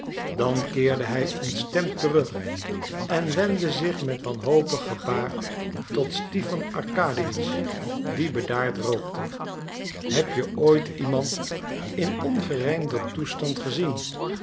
dan keerde hij ontstemd terug en wendde zich met wanhopig gebaar tot stipan arkadiewitsch die bedaard rookte heb je ooit iemand in ongerijmder toestand gezien